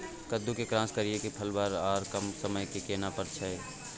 कद्दू के क्रॉस करिये के फल बर आर कम समय में केना फरय छै?